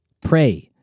Pray